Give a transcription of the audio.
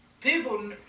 people